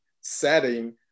setting